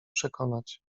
przekonać